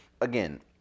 Again